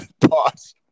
Pause